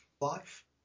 Life